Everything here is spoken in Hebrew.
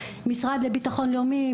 משרד לביטחון לאומי,